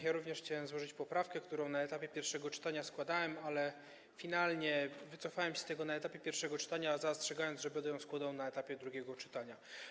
Ja również chciałem złożyć poprawkę, którą składałem na etapie pierwszego czytania, ale finalnie wycofałem się z tego na etapie pierwszego czytania, zastrzegając, że będę ją składał na etapie drugiego czytania.